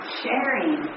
sharing